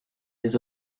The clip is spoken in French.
des